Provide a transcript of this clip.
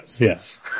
Yes